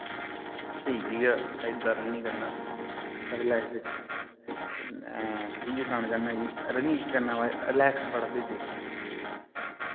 स्हेई बी ऐ फायदा ऐ रनिंग करने दा साढ़ी लाईफ बिच्च तुसेंगी इ'यै सनाना चाह्न्ना कि रनिंग करने दे बाद रिलैक्स बड़ा फील होंदा